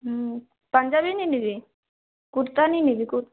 হুম পাঞ্জাবী নিবি কি কুর্তা নিই নিবি কু